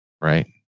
Right